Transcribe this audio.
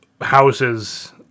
houses